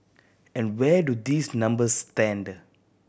and where do these numbers stand